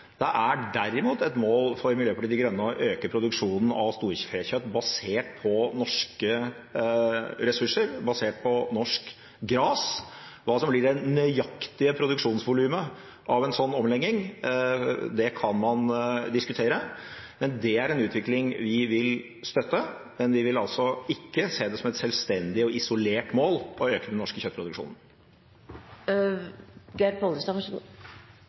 Det er derimot et mål for Miljøpartiet De Grønne å øke produksjonen av storfekjøtt basert på norske ressurser, basert på norsk gras. Hva som blir det nøyaktige produksjonsvolumet av en slik overlegning, kan man diskutere, men det er en utvikling vi vil støtte. Men vi vil altså ikke se det som et selvstendig og isolert mål å øke den norske kjøttproduksjonen. Det var eit svar med litt dobbel botn, så